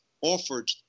offered